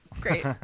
Great